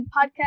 podcast